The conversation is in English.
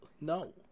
No